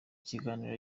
kiganiro